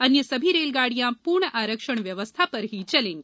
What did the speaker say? अन्य सभी रेलगाड़ियां पूर्ण आरक्षण व्यवस्था पर ही चलेंगी